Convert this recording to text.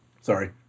Sorry